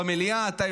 אתם,